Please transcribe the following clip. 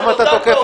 הוא לא קובע